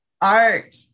art